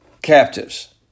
captives